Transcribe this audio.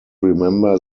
remember